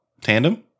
tandem